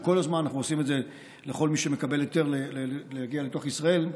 כל הזמן אנחנו עושים את זה לכל מי שמקבל היתר להגיע לתוך ישראל,